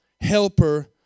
helper